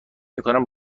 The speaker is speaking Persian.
میکنم